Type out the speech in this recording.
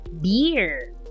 beer